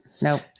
nope